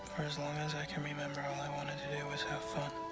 as long as i can remember, all i wanted to do was have fun.